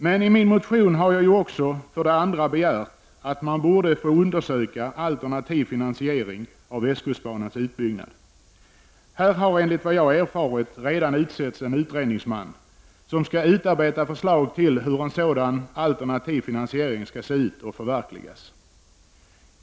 Men i min motion har jag också framhållit att man borde få undersöka alternativ finansiering av västkustbanans utbyggnad. Här har enligt vad jag erfarit redan utsetts en utredningsman som skall utarbeta förslag till hur en sådan alternativ finansiering skall se ut och hur den skall kunna förverkligas.